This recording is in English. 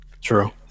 True